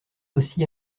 aussi